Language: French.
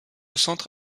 centre